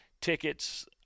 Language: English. tickets